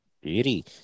Beauty